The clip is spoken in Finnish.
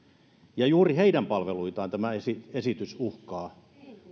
ja juuri heidän palveluitaan tämä esitys esitys uhkaa